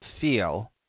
feel